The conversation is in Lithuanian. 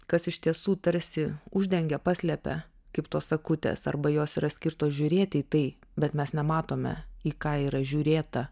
kas iš tiesų tarsi uždengia paslepia kaip tos akutės arba jos yra skirtos žiūrėti į tai bet mes nematome į ką yra žiūrėta